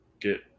get